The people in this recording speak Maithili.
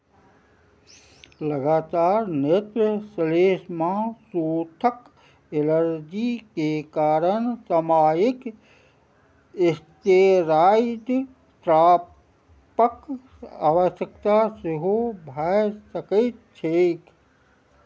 लगातार नेत्र सलेस्मासोथक एलर्जीके कारण सामयिक स्टेराइड ड्रॉपक आवश्यकता सेहो भए सकैत छैक